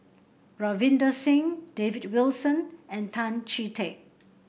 Ravinder Singh David Wilson and Tan Chee Teck